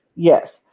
Yes